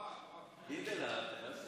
הוא רב-סרן.